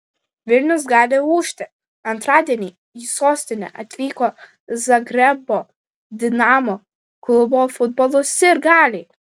vilnius gali ūžti antradienį į sostinę atvyko zagrebo dinamo klubo futbolo sirgaliai